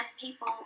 people